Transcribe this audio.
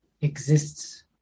exists